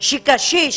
שקשיש,